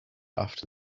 after